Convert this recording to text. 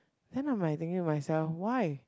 then I'm like thinking to myself why